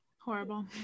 Horrible